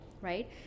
right